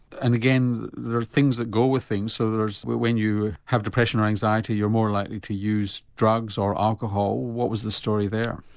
and again there are things that go with things so when you have depression or anxiety you're more likely to use drugs or alcohol what was the story there?